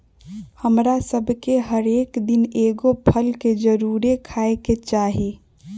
हमरा सभके हरेक दिन एगो फल के जरुरे खाय के चाही